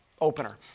opener